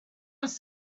was